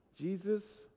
Jesus